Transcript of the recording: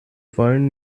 wollen